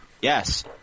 Yes